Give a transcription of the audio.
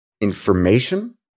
information